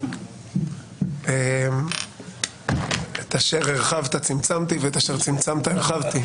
את אשר הרחבת צמצמתי ואת אשר צמצמת הרחבתי.